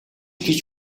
гэж